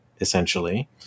essentially